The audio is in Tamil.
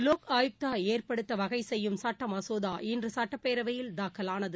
லோக் ஆயுக்தாஏற்படுத்த வகைசெய்யும் சட்ட மசோதா இன்று சட்டப்பேரவையில் தாக்கலானது